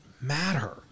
matter